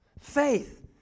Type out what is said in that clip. Faith